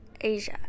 Asia